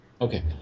okay